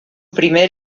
primer